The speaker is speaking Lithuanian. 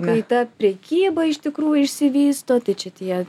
kai ta prekyba iš tikrųjų išsivysto tai čia tie